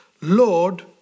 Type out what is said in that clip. Lord